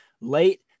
Late